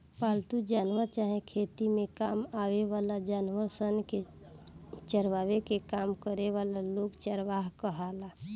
पालतू जानवर चाहे खेती में काम आवे वाला जानवर सन के चरावे के काम करे वाला लोग चरवाह कहाला